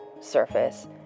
surface